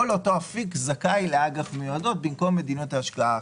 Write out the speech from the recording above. אז היום כל אותו אפיק זכאי לאג"ח מיועדות במקום מדיניות השקעה אחרת.